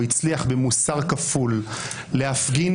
משפט סיום.